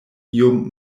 iom